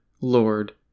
Lord